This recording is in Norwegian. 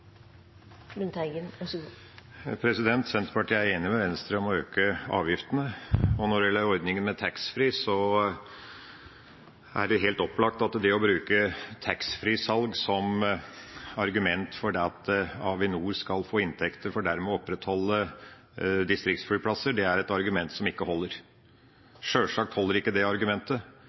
enig med Venstre om å øke avgiftene. Når det gjelder ordningen med taxfree, er det helt opplagt at det å bruke taxfree-salg som argument for at Avinor skal få inntekter for dermed å opprettholde distriktsflyplasser, er et argument som ikke holder. Sjølsagt holder ikke det argumentet,